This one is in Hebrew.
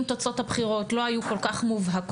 אם תוצאות הבחירות לא היו כל כך מובהקות,